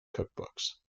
cookbooks